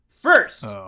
First